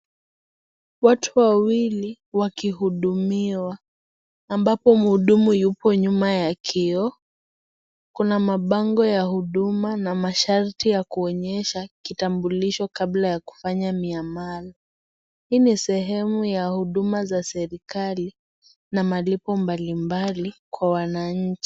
Watu wawili wakihudumiwa ambapo muhudumu yupo nyuma ya kioo kuna mabango ya huduma na masharti ya kuonyesha kitambulisho kabla ya kufanya miamala . Hii ni sehemu ya huduma za serikali na malipo mbali mbali kwa wananchi.